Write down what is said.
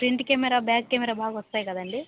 front camera back camera బాగా వస్తాయి కదండీ